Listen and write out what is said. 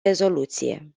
rezoluție